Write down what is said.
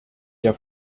der